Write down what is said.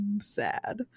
sad